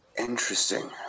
interesting